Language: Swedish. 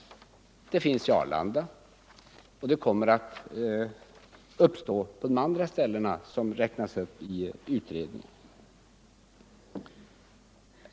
Sådana har uppstått kring Arlanda, och de kommer att uppstå på de andra platser som räknas upp i utredningen.